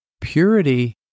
Purity